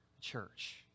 church